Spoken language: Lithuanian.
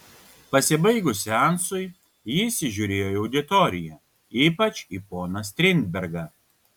pasibaigus seansui ji įsižiūrėjo į auditoriją ypač į poną strindbergą